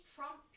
Trump